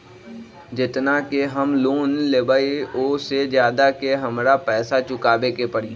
जेतना के हम लोन लेबई ओ से ज्यादा के हमरा पैसा चुकाबे के परी?